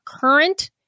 current